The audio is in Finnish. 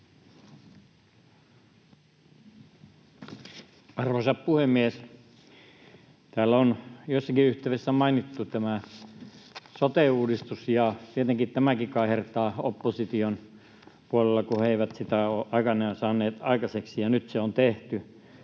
Arvoisa puhemies! Täällä on jossakin yhteydessä mainittu sote-uudistus, ja tietenkin tämäkin kaihertaa opposition puolella, kun he eivät sitä ole aikanaan saaneet aikaiseksi ja nyt se on tehty.